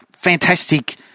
fantastic